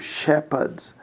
shepherds